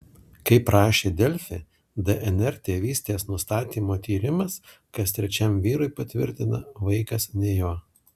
kaip rašė delfi dnr tėvystės nustatymo tyrimas kas trečiam vyrui patvirtina vaikas ne jo